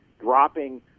dropping